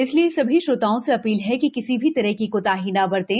इसलिए सभी श्रोताओं से अधील है कि किसी भी तरह की कोताही न बरतें